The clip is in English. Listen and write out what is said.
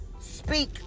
Speak